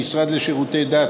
המשרד לשירותי דת,